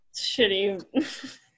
Shitty